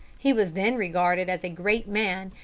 he was then regarded as a great man,